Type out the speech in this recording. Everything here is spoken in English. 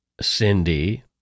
Cindy